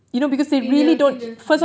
feed her feed her